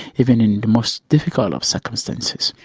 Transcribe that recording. even in the most difficult of circumstances.